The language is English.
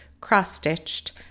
cross-stitched